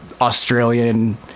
Australian